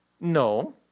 No